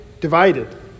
divided